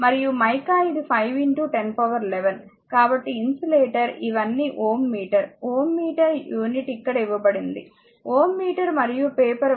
కాబట్టి ఇన్సులేటర్ ఇవన్నీ Ω metre Ω metre unit ఇక్కడ ఇవ్వబడింది Ω మీటర్ మరియు పేపర్ 1 1010 ఇది ఇన్సులేటర్